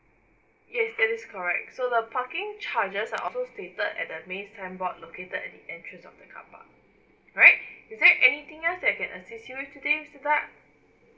yes that is correct so the parking charges are also stated at the main signboard located at the entrance of the carpark alright is there anything else that I can assist you with today mister tan